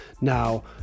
Now